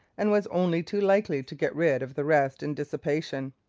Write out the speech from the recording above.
and was only too likely to get rid of the rest in dissipation.